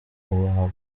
iwawe